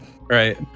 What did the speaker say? Right